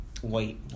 white